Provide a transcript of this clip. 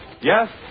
Yes